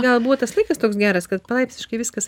gal buvo tas laikas toks geras kad palaipsniškai viskas